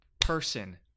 person